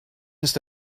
ist